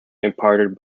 imparted